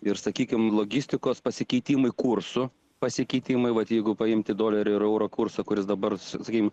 ir sakykime logistikos pasikeitimui kurso pasikeitimui vat jeigu paimti dolerio ir euro kursą kuris dabar sakykime